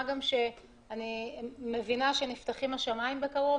מה גם שאני מבינה שנפתחים השמיים בקרוב,